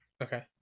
Okay